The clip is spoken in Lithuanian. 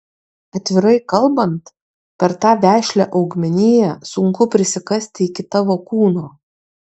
atvirai kalbant per tą vešlią augmeniją sunku prisikasti iki tavo kūno